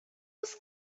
was